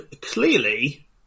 clearly